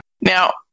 Now